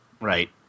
Right